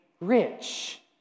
rich